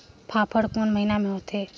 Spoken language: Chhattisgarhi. फाफण कोन महीना म होथे?